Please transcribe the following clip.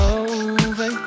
over